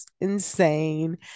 insane